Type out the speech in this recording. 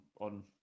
on